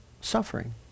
suffering